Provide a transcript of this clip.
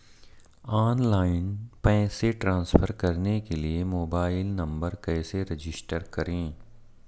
Online पैसे transfer करने के लिए मोबाइल नंबर कैसे रजिस्टर करें?